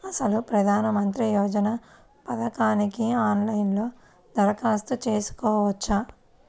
అసలు ప్రధాన మంత్రి యోజన పథకానికి ఆన్లైన్లో దరఖాస్తు చేసుకోవచ్చా?